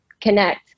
connect